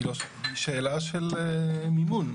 היא שאלה של מימון.